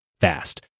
fast